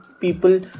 people